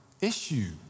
issue